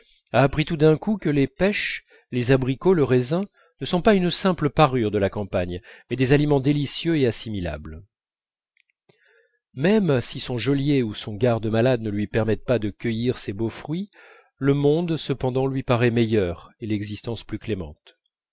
a appris tout d'un coup que les pêches les abricots le raisin ne sont pas une simple parure de la campagne mais des aliments délicieux et assimilables même si son geôlier ou son garde-malade ne lui permettent pas de cueillir ces beaux fruits le monde cependant lui paraît meilleur et l'existence plus clémente